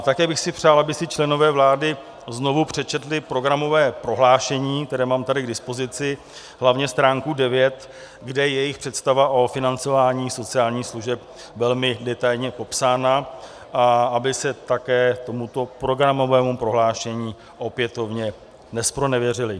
Také bych si přál, aby si členové vlády znovu přečetli programové prohlášení, které tady mám k dispozici, hlavně stránku 9, kde jejich představa o financování sociálních služeb je velmi detailně popsána, a aby se také tomuto programovému prohlášení opětovně nezpronevěřili.